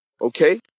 okay